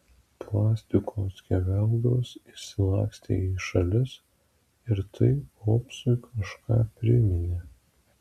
plastiko skeveldros išlakstė į šalis ir tai popsui kažką priminė